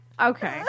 Okay